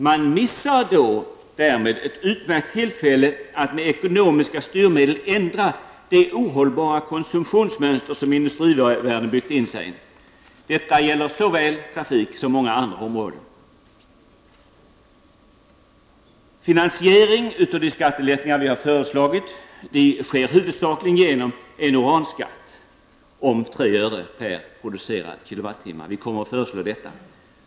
Man missar därmed ett utmärkt tillfälle att med ekonomiska styrmedel ändra det ohållbara konsumtionsmönster som industrivärlden byggt in sig i. Detta gäller såväl trafik som många andra områden. Finansiering av de skattelättnader som vi har förslagit sker huvudsakligen genom uranskatt på tre öre per producerad kilowattimme. Vi kommer att föreslå detta.